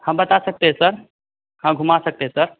हम बता सकते हैं सर हाँ घुमा सकते हैं सर